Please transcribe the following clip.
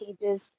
pages